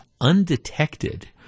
undetected